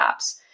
apps